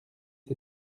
ses